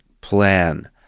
plan